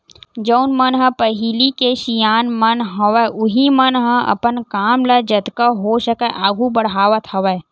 जउन मन ह पहिली के सियान मन हवय उहीं मन ह अपन काम ल जतका हो सकय आघू बड़हावत हवय